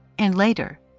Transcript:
and later,